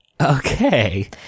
Okay